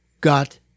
got